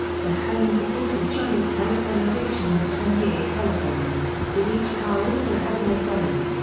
the home supported johnny's telephone addiction with twenty eight telephones, with each car also having a phone.